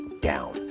down